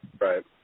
Right